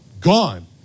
gone